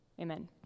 Amen